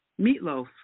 meatloaf